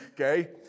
Okay